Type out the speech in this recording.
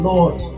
Lord